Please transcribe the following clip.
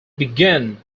began